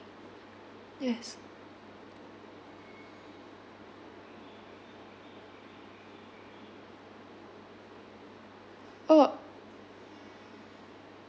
yes oh